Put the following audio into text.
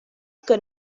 que